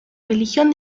religión